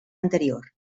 anterior